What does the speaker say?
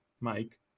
Mike